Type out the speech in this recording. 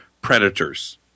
predators